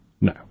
No